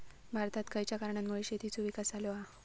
भारतात खयच्या कारणांमुळे शेतीचो विकास झालो हा?